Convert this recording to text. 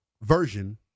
version